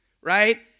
right